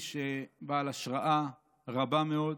איש בעל השראה רבה מאוד.